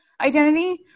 identity